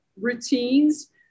routines